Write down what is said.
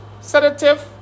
sedative